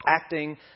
acting